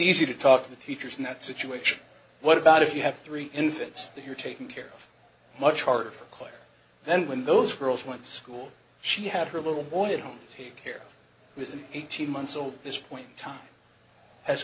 easy to talk to the teachers in that situation what about if you have three infants that you're taking care of much harder for claire then when those girls went to school she had her little boy at home take care was an eighteen months old this point in time as